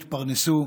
יתפרנסו,